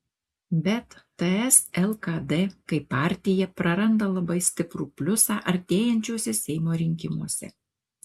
bet ts lkd kaip partija praranda labai stiprų pliusą artėjančiuose seimo rinkimuose